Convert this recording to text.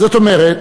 זאת אומרת,